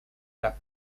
las